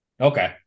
okay